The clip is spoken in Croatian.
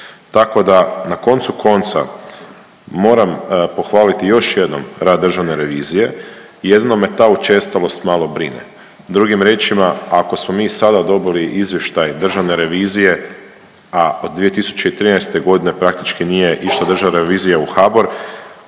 Tako da na koncu konca moram pohvaliti još jednom rad državne revizije i jedino me ta učestalost malo brine, drugim riječima ako smo mi sada dobili izvještaj državne revizije, a od 2013.g. praktički nije išla državna revizija u HBOR,